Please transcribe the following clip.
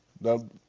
Now